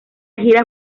gira